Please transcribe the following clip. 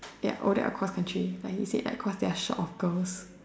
ya O_D_A_C or cross country cause they are short of girls